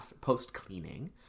post-cleaning